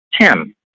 Tim